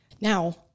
Now